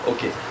Okay